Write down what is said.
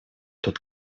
тут